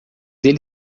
ele